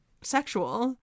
sexual